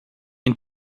and